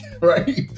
right